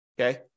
okay